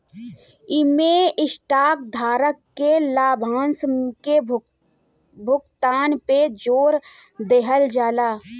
इमें स्टॉक धारक के लाभांश के भुगतान पे जोर देहल जाला